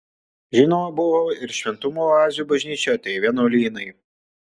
žinoma buvo ir šventumo oazių bažnyčioje tai vienuolynai